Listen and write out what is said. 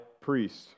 priest